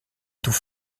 tout